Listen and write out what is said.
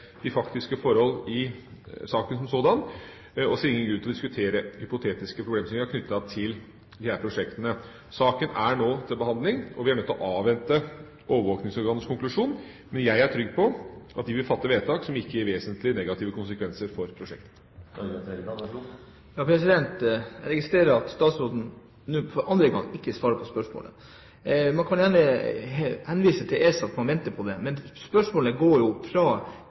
de faktiske forhold i saken som sådan og ser ingen grunn til å diskutere hypotetiske problemstillinger knyttet til disse prosjektene. Saken er nå til behandling, og vi er nødt til å avvente overvåkningsorganets konklusjon, men jeg er trygg på at de vil fatte vedtak som ikke gir vesentlige negative konsekvenser for prosjektet. Jeg registrerer at statsråden nå for andre gang ikke svarer på spørsmålet. Man kan gjerne henvise til ESA og at man venter på dem, men spørsmålet går fra